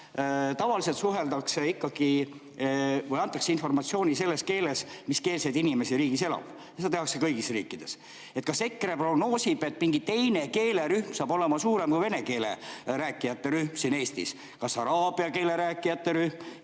Tavaliselt suheldakse ikkagi või antakse informatsiooni selles keeles, mis keelseid inimesi riigis elab ja seda tehakse kõigis riikides. Kas EKRE prognoosib, et mingi teine keelerühm saab olema suurem kui vene keele rääkijate rühm siin Eestis? Näiteks araabia keele rääkijate rühm,